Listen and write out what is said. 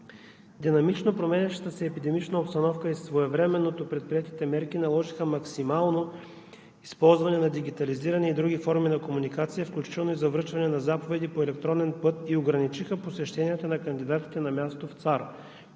Динамично променящата се епидемична обстановка и своевременно предприетите мерки наложиха максимално използване на дигитализирани и други форми на комуникация, включително и за връчване на заповеди по електронен път, и ограничиха посещенията на кандидатите на място в ЦАР.